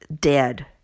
dead